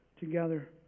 Together